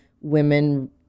women